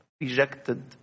rejected